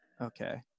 Okay